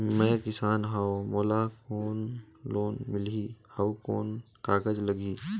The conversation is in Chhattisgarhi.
मैं किसान हव मोला कौन लोन मिलही? अउ कौन कागज लगही?